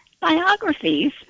biographies